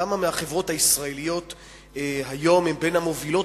כמה מהחברות הישראליות היום הן בין המובילות